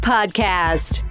Podcast